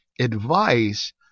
Advice